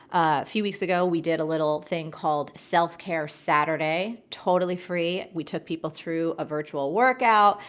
a few weeks ago we did a little thing called self care saturday, totally free. we took people through a virtual workout.